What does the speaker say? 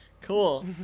Cool